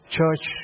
Church